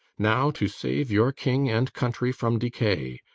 now to save your king and country from decay.